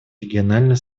региональное